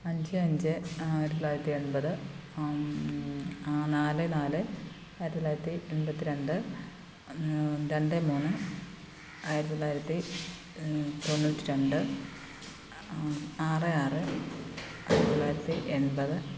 അഞ്ച് അഞ്ച് ആയിരത്തി തൊള്ളായിരത്തി എൺപത് നാല് നാല് ആയിരത്തി തൊള്ളായിരത്തി എൺപത്തി രണ്ട് രണ്ട് മൂന്ന് ആയിരത്തി തൊള്ളായിരത്തി തൊണ്ണൂറ്റി രണ്ട് ആറ് ആറ് ആയിരത്തി തൊള്ളായിരത്തി എൺപത്